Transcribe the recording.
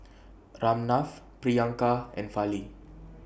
Ramnath Priyanka and Fali